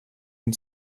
den